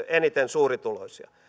eniten suurituloisia